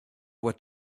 were